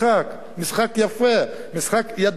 משחק יפה, משחק מכור ידוע מראש.